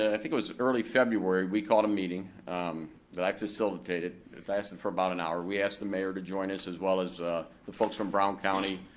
i think it was early february, we called a meeting that i facilitated that lasted for about an hour, we asked the mayor to join us as well as the folks from brown county,